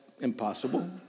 impossible